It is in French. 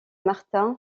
martin